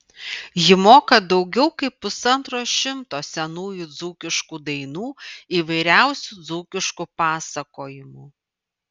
ji moka daugiau kaip pusantro šimto senųjų dzūkiškų dainų įvairiausių dzūkiškų pasakojimų